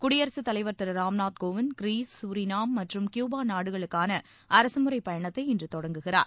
குடியரசு தலைவர் திரு ராம்நாத் கோவிந்த் கிரீஸ் சூரினாம் மற்றும் கியூபா நாடுகளுக்கான அரசு முறை பயணத்தை இன்று தொடங்குகிறார்